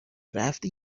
رفتی